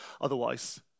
otherwise